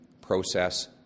process